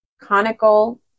conical